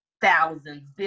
thousands